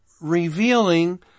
revealing